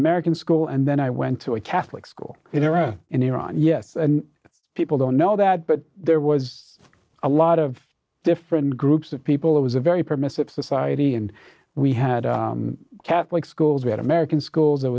american school and then i went to a catholic school in iran in iran yes and people don't know that but there was a lot of different groups of people it was a very permissive society and we had catholic schools we had american schools